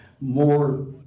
more